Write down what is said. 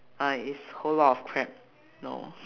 uh is whole lot of crap no